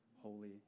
holy